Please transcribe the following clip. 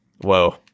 Whoa